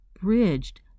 bridged